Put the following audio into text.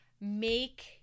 make